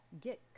get